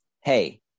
hey